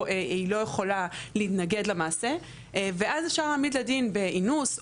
היא לא יכולה להתנגד למעשה ואז אפשר להעמיד לדין באינוס,